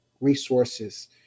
resources